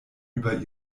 über